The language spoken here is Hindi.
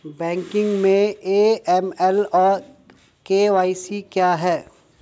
बैंकिंग में ए.एम.एल और के.वाई.सी क्या हैं?